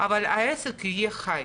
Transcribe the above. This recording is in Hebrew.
אבל העסק יהיה חי.